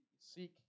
seek